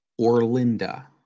Orlinda